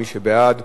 מי שבעד,